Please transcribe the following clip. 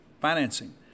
financing